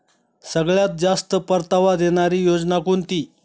सगळ्यात जास्त परतावा देणारी योजना कोणती?